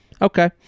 Okay